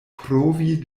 provi